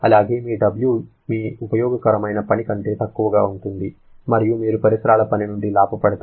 అలాగే మీ W మీ ఉపయోగకరమైన పని కంటే తక్కువగా ఉంటుంది మరియు మీరు పరిసరాల పని నుండి లాభపడతారు